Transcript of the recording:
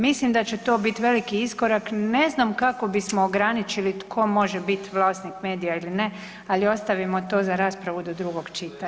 Mislim da će to biti veliki iskorak, ne znam kako bismo ograničili tko može biti vlasnik medija ili ne, ali ostavimo to za raspravu do drugog čitanja.